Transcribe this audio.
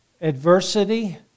Adversity